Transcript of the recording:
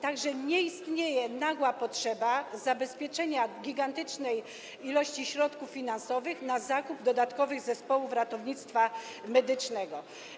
Tak że nie istnieje nagła potrzeba zabezpieczenia gigantycznej ilości środków finansowych na zakup dodatkowych zespołów ratownictwa medycznego.